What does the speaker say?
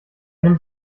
einem